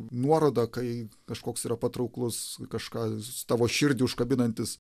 nuorodą kai kažkoks yra patrauklus kažkas tavo širdį užkabinantis